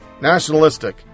nationalistic